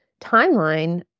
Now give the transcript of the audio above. timeline